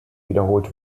wiederholt